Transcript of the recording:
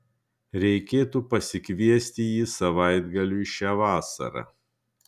reikėtų pasikviesti jį savaitgaliui šią vasarą